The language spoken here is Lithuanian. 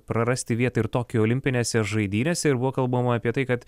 prarasti vietą ir tokijo olimpinėse žaidynėse ir buvo kalbama apie tai kad